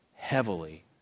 heavily